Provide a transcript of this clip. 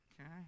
Okay